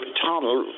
tunnel